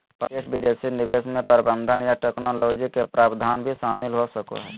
प्रत्यक्ष विदेशी निवेश मे प्रबंधन या टैक्नोलॉजी के प्रावधान भी शामिल हो सको हय